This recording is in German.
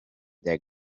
der